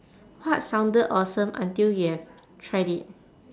what sounded awesome until you have tried it